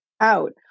out